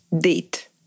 date